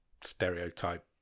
stereotype